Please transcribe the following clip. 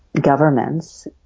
governments